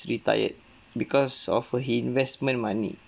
retired because of her investment money